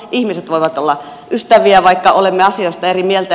ihmiset voivat olla ystäviä vaikka olemme asioista eri mieltä